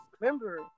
remember